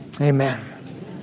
amen